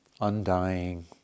undying